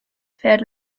fährt